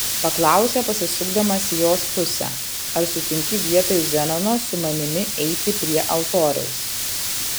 paklausė pasisukdamas į jos pusę ar sutinki vietoj zenono su manimi eiti prie altoriaus